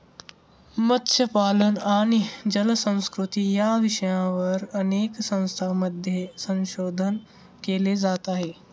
मत्स्यपालन आणि जलसंस्कृती या विषयावर अनेक संस्थांमध्ये संशोधन केले जात आहे